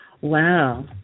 Wow